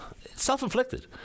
self-inflicted